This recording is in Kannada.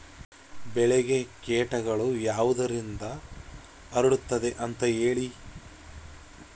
ಬೆಳೆಗೆ ಕೇಟಗಳು ಯಾವುದರಿಂದ ಹರಡುತ್ತದೆ ಅಂತಾ ಹೇಳಿ?